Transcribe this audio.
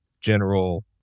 general